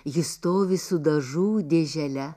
jis stovi su dažų dėžele